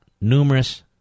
numerous